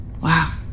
Wow